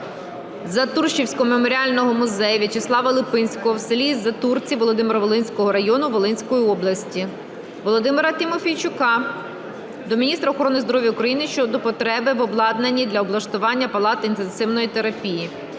Затурцівського меморіального музею В'ячеслава Липинського в селі Затурці Володимир-Волинського району Волинської області. Володимира Тимофійчука до міністра охорони здоров'я України щодо потреби в обладнанні для облаштування палат інтенсивної терапії.